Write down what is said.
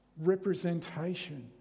representation